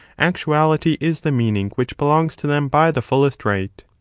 actuality is the meaning which belongs to them by the fullest right.